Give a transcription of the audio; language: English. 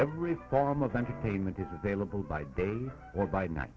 every form of entertainment is available by day or by n